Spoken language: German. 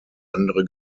andere